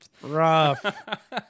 Rough